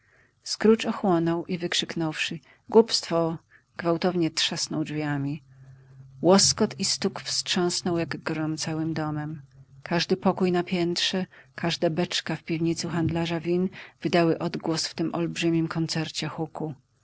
wykrzyknąwszy głupstwo gwałtownie trzasnął drzwiami łoskot i stuk wstrząsnął jak grom całym domem każdy pokój na piętrze każda beczka w piwnicy handlarza win wydały odgłos w tym olbrzymim koncercie huku